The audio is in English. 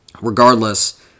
regardless